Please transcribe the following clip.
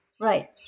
Right